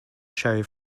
show